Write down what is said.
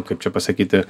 kaip čia pasakyti